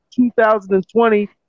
2020